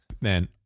man